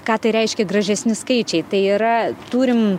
ką tai reiškia gražesni skaičiai tai yra turim